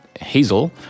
Hazel